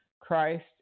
Christ